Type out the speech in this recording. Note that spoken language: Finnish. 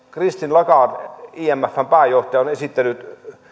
christine lagarde imfn pääjohtaja on esittänyt